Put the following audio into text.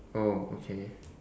oh okay